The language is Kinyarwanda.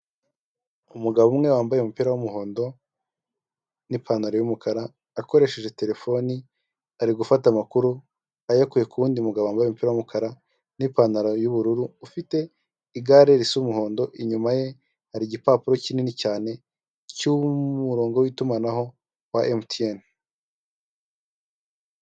Umugabo umwe wambaye umupira w'umuhondo n'ipantaro y'umukara, akoresheje terefone ari gufata amakuru, ayakuye kuwundi mugabo wambaye umupiraro y'umukara, n'ipantaro y'ubururu, ufite igare risa umuhondo. Inyuma ye hari igipapuro kinini cyane cy'umurongo witumanaho wa Emutiyene.